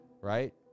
right